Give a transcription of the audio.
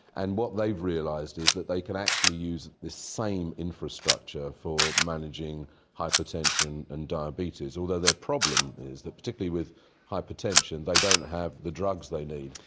and what they've realised is that they can actually use this same infrastructure for managing hypertension and diabetes, although their problem is that, particularly with hypertension, they don't have the drugs they need.